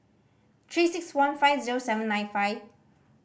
Three Six One five zero seven nine five